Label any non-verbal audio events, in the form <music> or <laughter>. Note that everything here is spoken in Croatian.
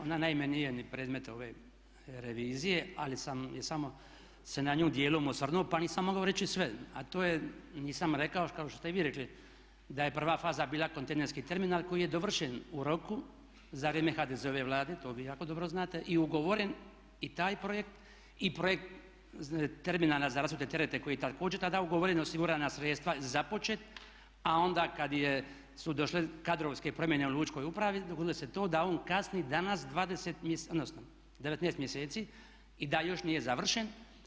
Ona naime nije ni predmet ove revizije, ali sam se samo na nju dijelom osvrnuo pa nisam mogao reći sve, a to je nisam rekao kao što ste i vi rekli da je prva faza bila kontejnerski terminal koji je dovršen u roku za vrijeme HDZ-ove Vlade to vi jako dobro znate i ugovoren i taj projekt i projekt terminala za rasute terete koji … <unintelligible> osigurana sredstva započet, a onda kad je, su došle kadrovske promjene u Lučkoj upravi dogodilo se to da on kasni danas 20, odnosno 19 mjeseci i da još nije završen.